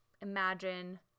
imagine